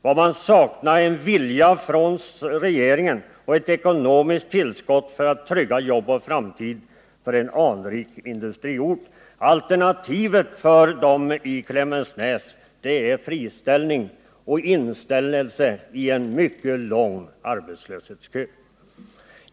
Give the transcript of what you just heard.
Vad man saknar ären vilja från regeringen och ett ekonomiskt tillskott för att trygga jobb och framtid för en anrik industriort. Alternativet för de anställda i Klemensnäs är friställning och inställelse i en mycket lång arbetslöshetskö.